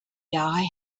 die